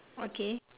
!huh! okay